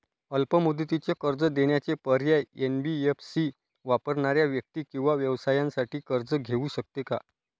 अल्प मुदतीचे कर्ज देण्याचे पर्याय, एन.बी.एफ.सी वापरणाऱ्या व्यक्ती किंवा व्यवसायांसाठी कर्ज घेऊ शकते का?